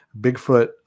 Bigfoot